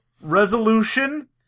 resolution